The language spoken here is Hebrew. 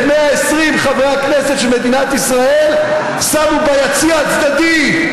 את 120 חברי הכנסת של מדינת ישראל שמו ביציע הצדדי,